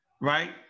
right